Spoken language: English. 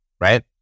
right